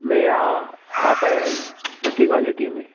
मेहा हा पया आहिनि सुठी क़्वालिटीअ में